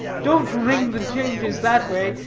don't ring the changes that way.